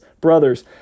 brothers